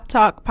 Talk